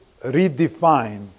redefine